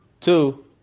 two